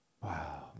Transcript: Wow